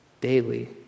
Daily